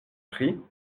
prie